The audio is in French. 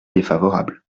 défavorable